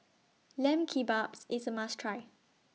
Lamb Kebabs IS A must Try